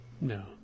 No